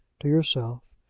to yourself,